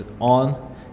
on